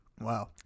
Wow